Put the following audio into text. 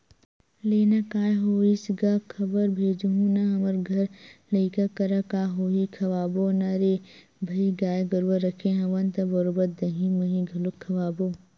लेना काय होइस गा खबर भेजहूँ ना हमर घर लइका करा का होही खवाबो ना रे भई गाय गरुवा रखे हवन त बरोबर दहीं मही घलोक खवाबो